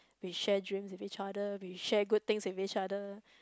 we share dreams with each other we share good things with each other